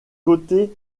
côté